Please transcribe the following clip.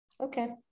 Okay